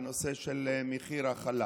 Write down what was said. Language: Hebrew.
בנושא של מחיר החלב.